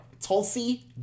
Tulsi